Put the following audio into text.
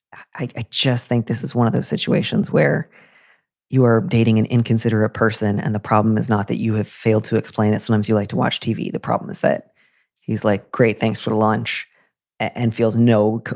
i just think this is one of those situations where you are dating an inconsiderate person. and the problem is not that you have failed to explain it. sometimes you like to watch tv. the problem is that he's like, great. thanks for lunch and feels no,